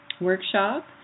workshop